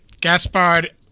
Gaspard